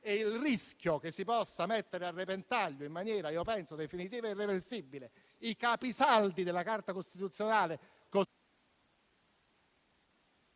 Il rischio che si possano mettere a repentaglio in maniera definitiva e irreversibile i capisaldi della Carta costituzionale